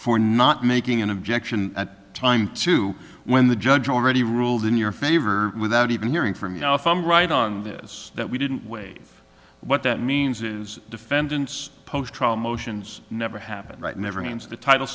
for not making an objection at the time to when the judge already ruled in your favor without even hearing from you know if i'm right on this that we didn't weigh what that means is defendants post trial motions never happened right never names the title